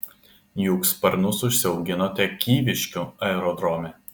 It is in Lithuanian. juk sparnus užsiauginote kyviškių aerodrome